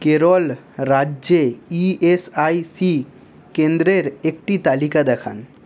কেরল রাজ্যে E S I C কেন্দ্রের একটি তালিকা দেখান